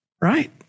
right